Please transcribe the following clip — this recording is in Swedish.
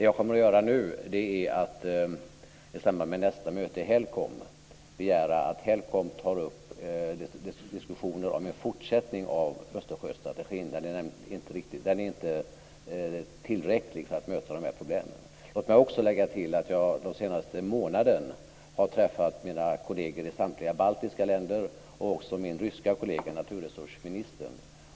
Jag kommer nu att i samband med nästa möte i HELCOM begära att HELCOM tar upp diskussioner om en fortsättning av Östersjöstrategin. Den är inte tillräcklig för att möta problemen. Jag har den senaste månaden träffat mina kolleger i samtliga baltiska länder och min ryska kollega, naturresursministern.